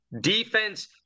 defense